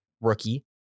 rookie